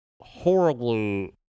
horribly